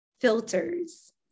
filters